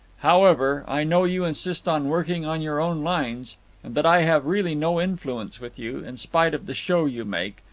however, i know you insist on working on your own lines, and that i have really no influence with you, in spite of the show you make,